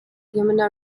yamuna